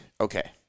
okay